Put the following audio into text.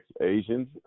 Asians